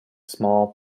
small